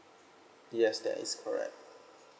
yes that is correct